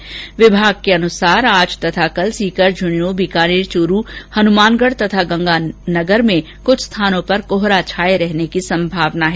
मौसम विभाग के अनुसार आज तथा कल सीकर झेंझनू बीकानेर च्रू हनुमानगढ तथा गंगानगर में कुछ स्थानों पर कोहरा छाये रहने की संभावना है